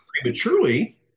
prematurely